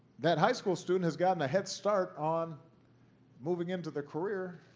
that high school student has gotten a head start on moving into the career